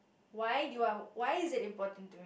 why do I why is that important to